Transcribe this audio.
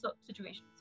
situations